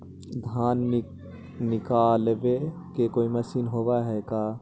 धान निकालबे के कोई मशीन होब है का?